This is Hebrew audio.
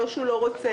לא שהוא לא רוצה.